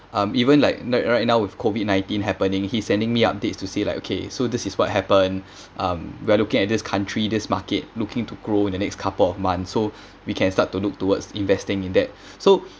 um even like like right now with COVID nineteen happening he's sending me updates to say like okay so this is what happen um we're looking at this country this market looking to grow in the next couple of months so we can start to look towards investing in that so